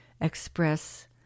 express